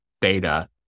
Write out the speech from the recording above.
data